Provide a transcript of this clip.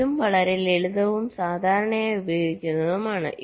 ഇതും വളരെ ലളിതവും സാധാരണയായി ഉപയോഗിക്കുന്നതുമാണ്